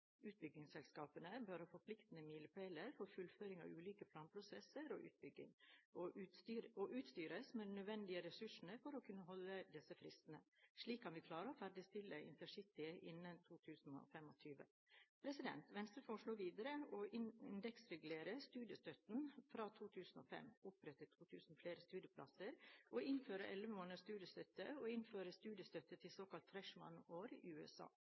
bør ha forpliktende milepæler for fullføring av ulike planprosesser og utbygging og utstyres med de nødvendige ressursene for å kunne overholde fristene. Slik kan vi klare å ferdigstille intercity innen 2025. Venstre foreslår videre å indeksregulere studiestøtten fra 2005, opprette 2 000 flere studieplasser, innføre 11 måneders studiestøtte og innføre studiestøtte til såkalt freshman-år i USA.